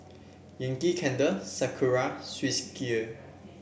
Yankee Candle Sakura Swissgear